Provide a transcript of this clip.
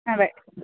അതെ